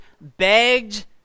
begged